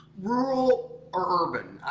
rural or urban?